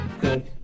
Good